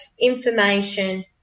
information